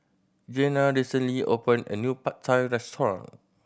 Jeanna recently opened a new Pad Thai Restaurant